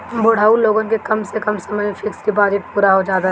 बुढ़ऊ लोगन के कम समय में ही फिक्स डिपाजिट पूरा हो जात हवे